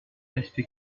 respecté